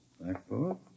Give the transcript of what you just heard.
Backboard